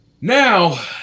now